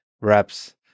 reps